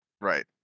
Right